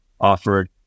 offered